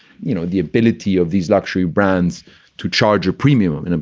you know, the ability of these luxury brands to charge a premium. and and